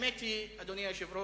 האמת היא, אדוני היושב-ראש,